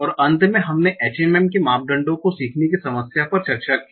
और अंत में हमने HMM के मापदंडों को सीखने की समस्या पर चर्चा की